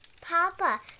Papa